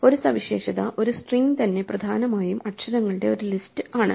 ഒരു സവിശേഷത ഒരു സ്ട്രിംഗ് തന്നെ പ്രധാനമായും അക്ഷരങ്ങളുടെ ഒരു ലിസ്റ്റ് ആണ്